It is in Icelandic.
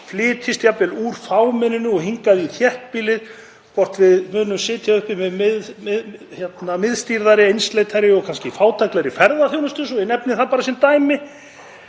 flytjist jafnvel úr fámenninu og hingað í þéttbýlið, hvort við munum sitja uppi með miðstýrðari, einsleitari og kannski fátæklegri ferðaþjónustu, svo ég nefni það bara sem dæmi,